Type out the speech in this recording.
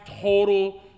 total